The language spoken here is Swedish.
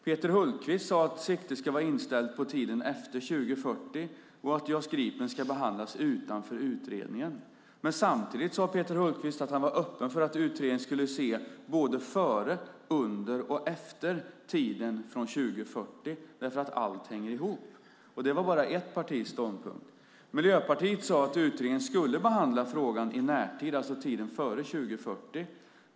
Peter Hultqvist sade att siktet ska vara inställt på tiden efter 2040 och att JAS Gripen ska behandlas utanför utredningen. Samtidigt sade Peter Hultqvist att han var öppen för att utredningen skulle se på tiden både före, under och efter 2040 därför att allt hänger ihop. Detta var bara ett partis ståndpunkt. Miljöpartiet sade att utredningen skulle behandla frågan i närtid, alltså tiden före 2040.